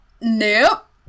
Nope